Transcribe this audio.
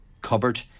cupboard